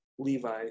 levi